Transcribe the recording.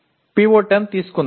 PO10 తీసుకుందాం